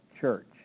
church